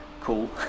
cool